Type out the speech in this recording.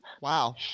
Wow